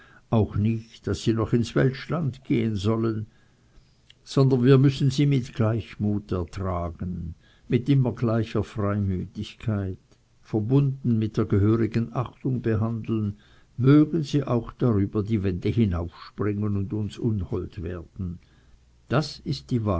auch nicht daß sie noch ins welschland gehen sollen sondern wir müssen sie mit gleichmut ertragen mit immer gleicher freimütigkeit verbunden mit der gehörigen achtung behandeln mögen sie auch darüber die wände hinaufspringen und uns unhold werden das ist die